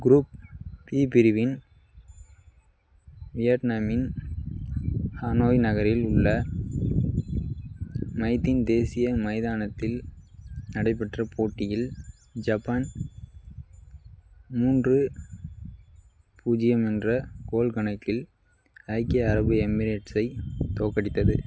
group B பிரிவின் வியட்நாமின் Hanoi நகரில் உள்ள மைதின் தேசிய மைதானத்தில் நடைபெற்ற போட்டியில் ஜப்பான் மூன்று பூஜ்ஜியம் என்ற கோல் கணக்கில் ஐக்கிய அரபு எமிரேட்ஸை தோற்கடித்தது